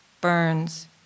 burns